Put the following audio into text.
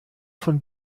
von